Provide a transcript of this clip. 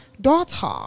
daughter